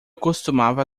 costumava